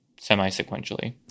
semi-sequentially